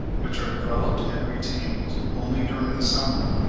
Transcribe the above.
which are developed and retained only during the summer,